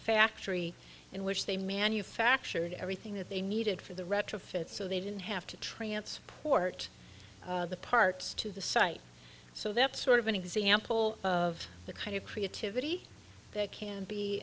factory in which they manufactured everything that they needed for the retrofit so they didn't have to transport the parts to the site so that sort of an example of the kind of creativity that can be